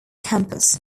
campus